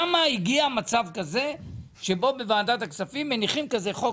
למה הגיע מצב כזה שבוועדת הכספים מניחים כזה חוק?